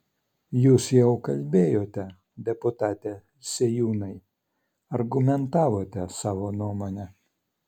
jūs jau kalbėjote deputate sėjūnai argumentavote savo nuomonę